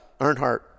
earnhardt